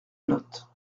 note